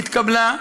התקבלה,